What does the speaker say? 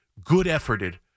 good-efforted